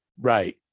Right